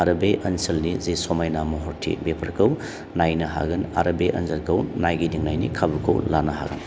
आरो बे ओनसोलनि जे समायना महरथि बेफोरखौ नायनो हागोन आरो बे ओनसोलखौ नायगिदिंनायनि खाबुखौ लानो हागोन